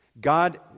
God